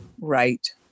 right